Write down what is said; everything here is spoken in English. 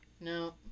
No